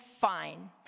fine